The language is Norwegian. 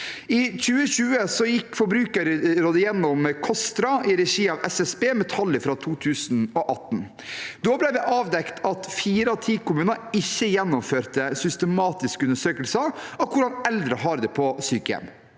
I 2020 gikk Forbrukerrådet gjennom KOSTRA i regi av SSB, med tall fra 2018. Da ble det avdekket at fire av ti kommuner ikke gjennomførte systematiske undersøkelser av hvordan eldre har det på sykehjem.